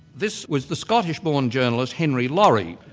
this was the scottish-born journalist, henry laurie,